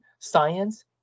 Science